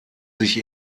sich